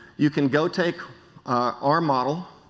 you can go take our model,